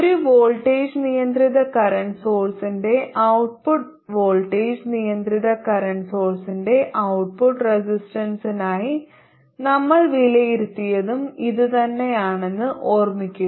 ഒരു വോൾട്ടേജ് നിയന്ത്രിത കറന്റ് സോഴ്സിന്റെ ഔട്ട്പുട്ട് റെസിസ്റ്റൻസിനായി നമ്മൾ വിലയിരുത്തിയതും ഇതുതന്നെയാണെന്ന് ഓർമ്മിക്കുക